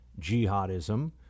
jihadism